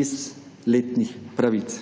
iz letnih pravic.